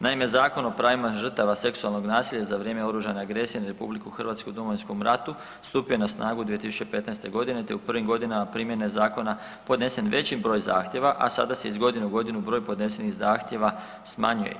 Naime, Zakon o pravima žrtava seksualnog nasilja za vrijeme oružane agresije na RH u Domovinskom ratu, stupio je na snagu 2015. g. te u prvim godinama primjene zakona podnesen veći broj zahtjeva, a sada se iz godine u godinu broj podnesenih zahtjeva smanjuje.